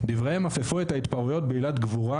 דבריהם אפפו את ההתפרעויות בהילת גבורה